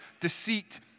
deceit